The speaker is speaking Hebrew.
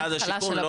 שמשרד השיכון,